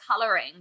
colouring